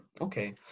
okay